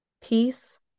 peace